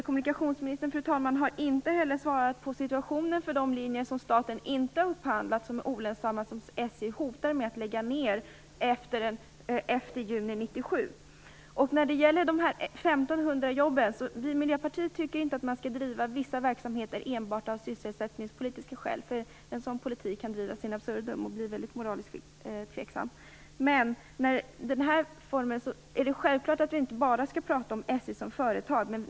Kommunikationsministern har inte heller svarat på frågan om situationen för de olönsamma linjer som staten inte har upphandlat och som När det gäller de 1 500 jobben vill jag säga att vi i Miljöpartiet inte tycker att man skall driva vissa verksamheter enbart av sysselsättningspolitiska skäl. En sådan politik kan drivas in absurdum och bli mycket moraliskt tveksam. Men det är självklart att vi inte bara skall prata om SJ som företag.